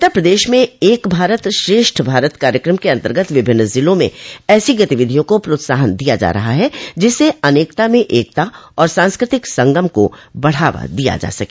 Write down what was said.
उत्तर प्रदेश में एक भारत श्रेष्ठ भारत कार्यक्रम के अन्तर्गत विभिन्न जिलों में ऐसी गतिविधियों को प्रोत्साहन दिया जा रहा है जिससे अनेकता में एकता और सांस्कृतिक संगम को बढ़ावा दिया जा सके